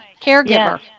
caregiver